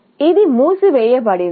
కాబట్టి ఇది మూసివేయబడింది